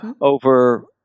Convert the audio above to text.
over